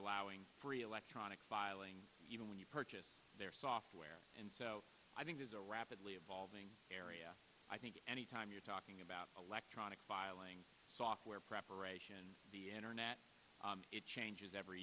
allowing free electronic filing even when you purchase their software and so i think is a rapidly evolving area i think any time you're talking about electronic filing software preparation the internet it changes every